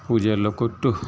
ಪೂಜೆ ಎಲ್ಲಾ ಕೊಟ್ಟು